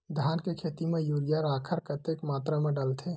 धान के खेती म यूरिया राखर कतेक मात्रा म डलथे?